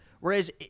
Whereas